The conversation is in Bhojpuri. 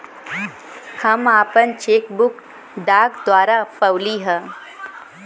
हम आपन चेक बुक डाक द्वारा पउली है